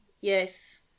Yes